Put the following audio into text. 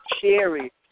cherry